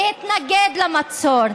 להתנגד למצור,